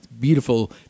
beautiful